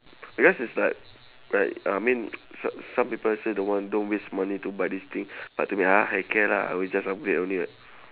because is like like I mean so~ some people say don't want don't waste money to buy this thing but to me ah heck care lah I will just upgrade only [what]